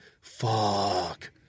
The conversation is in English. Fuck